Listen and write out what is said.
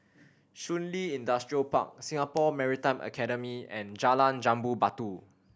Shun Li Industrial Park Singapore Maritime Academy and Jalan Jambu Batu